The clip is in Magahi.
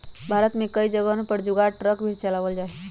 भारत में कई जगहवन पर जुगाड़ ट्रक भी चलावल जाहई